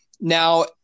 Now